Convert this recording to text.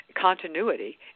continuity